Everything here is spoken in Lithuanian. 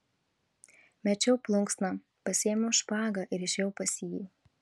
mečiau plunksną pasiėmiau špagą ir išėjau pas jį